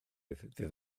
ddydd